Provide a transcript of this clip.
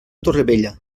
torrevella